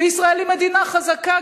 וישראל היא מדינה חזקה,